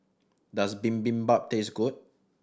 does Bibimbap taste good